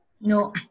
No